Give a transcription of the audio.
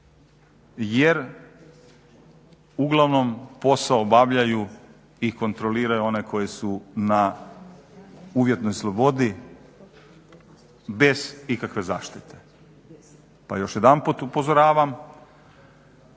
jer uglavnom posao obavljaju i kontroliraju onaj koji su na uvjetnoj slobodi bez ikakve zaštite. Pa još jedanput upozoravam